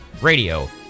radio